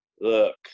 Look